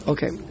Okay